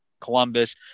Columbus